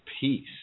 peace